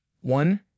One